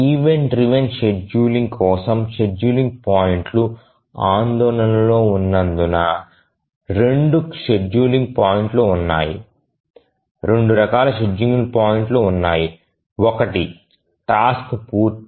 event driven scheduling కోసం scheduling పాయింట్లు ఆందోళనలో ఉన్నందున రెండు షెడ్యూలింగ్ పాయింట్లు ఉన్నాయి రెండు రకాల షెడ్యూలింగ్ పాయింట్లు ఉన్నాయి ఒకటి టాస్క్ పూర్తి